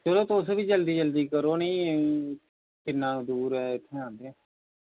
चलो तुस बी जल्दी जल्दी करो नी किन्ना दूर ऐ इत्थां अग्गें